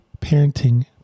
parenting